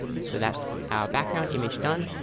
so that's our background image done.